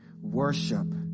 worship